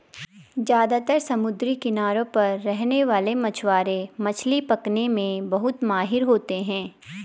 ज्यादातर समुद्री किनारों पर रहने वाले मछवारे मछली पकने में बहुत माहिर होते है